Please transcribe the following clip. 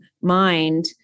mind